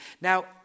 Now